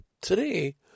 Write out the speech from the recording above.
today